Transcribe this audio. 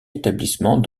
établissements